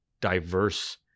diverse